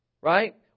right